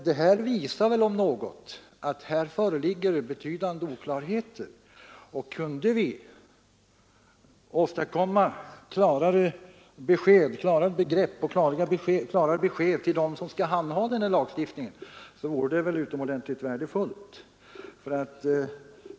Detta visar väl om något att här föreligger betydande oklarheter, och om vi kunde åstadkomma klarare begrepp och klarare besked till dem som skall tillämpa denna lagstiftning vore det utomordentligt värdefullt.